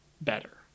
better